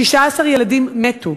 ו-16 ילדים מתו.